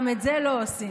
גם את זה לא עושים.